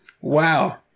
Wow